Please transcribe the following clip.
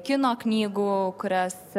kino knygų kurias